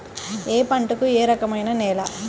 ఏ పంటకు ఏ రకమైన నేల?